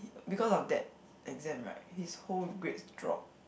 because of that exam right his whole grades drop